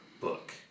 book